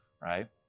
right